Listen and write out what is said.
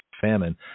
famine